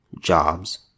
jobs